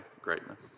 greatness